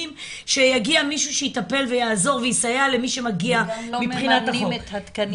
שיגיע מישהו שיטפל ויעזור ויסייע למי שמגיע לו מבחינת החוק,